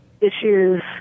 issues